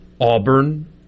Auburn